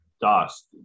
dust